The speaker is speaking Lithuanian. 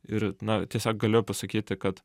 ir na tiesiog galiu pasakyti kad